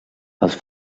els